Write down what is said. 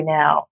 now